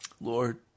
Lord